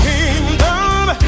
Kingdom